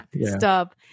Stop